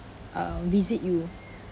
uh visit you